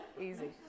easy